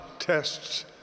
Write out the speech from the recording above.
tests